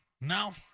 No